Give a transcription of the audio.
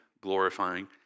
glorifying